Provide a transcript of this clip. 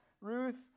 Ruth